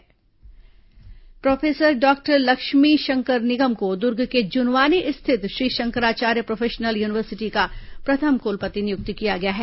शंकराचार्य कुलपति professor doctor Lakshmi Shankar Nigam को दुर्ग के जुनवानी स्थित श्री शंकराचार्य प्रोफेशनल यूनिवर्सिटी का प्रथम कुलपति नियुक्त किया गया है